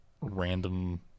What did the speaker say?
random